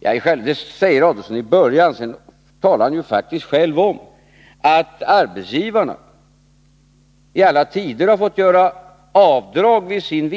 Det var Ulf Adelsohn inne på i början av sitt anförande, men sedan talar han själv om att arbetsgivarna i alla tider har fått göra avdrag i sin